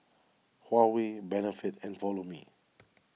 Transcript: Huawei Benefit and Follow Me